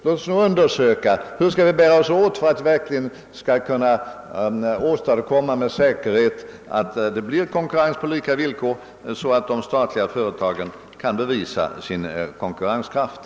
Låt oss undersöka, hur vi skall bära oss åt för att vi med säkerhet skall åstadkomma en konkurrens på lika villkor, så att de statliga företagen kan bevisa sin konkurrenskraft.